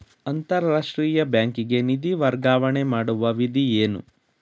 ಅಂತಾರಾಷ್ಟ್ರೀಯ ಬ್ಯಾಂಕಿಗೆ ನಿಧಿ ವರ್ಗಾವಣೆ ಮಾಡುವ ವಿಧಿ ಏನು?